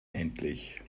endlich